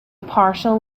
partial